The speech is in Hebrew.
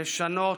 לשנות,